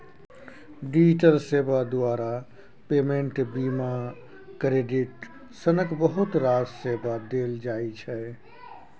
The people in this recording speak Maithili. डिजिटल सेबा द्वारा पेमेंट, बीमा, क्रेडिट सनक बहुत रास सेबा देल जाइ छै